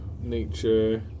Nature